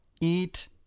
eat